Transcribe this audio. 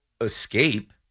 escape